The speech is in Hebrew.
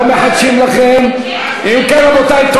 רבותי, רבותי.